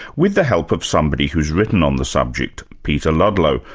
with the help of somebody who's written on the subject, peter ludlow,